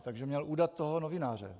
Že měl udat toho novináře?